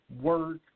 work